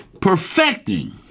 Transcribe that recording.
perfecting